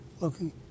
looking